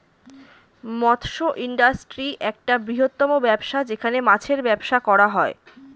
মৎস্য ইন্ডাস্ট্রি একটা বৃহত্তম ব্যবসা যেখানে মাছের ব্যবসা করা হয়